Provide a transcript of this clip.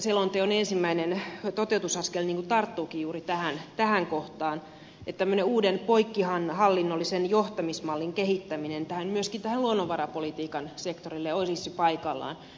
selonteon ensimmäinen toteutusaskel tarttuukin juuri tähän kohtaan että tämmöinen uuden poikkihallinnollisen johtamismallin kehittäminen myöskin luonnonvarapolitiikan sektorille olisi paikallaan